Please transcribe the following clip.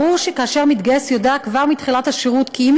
ברור שכאשר מתגייס יודע כבר מתחילת השירות כי אם